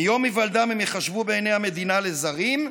מיום היוולדם הם ייחשבו בעיני המדינה לזרים,